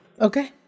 Okay